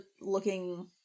looking